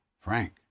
Frank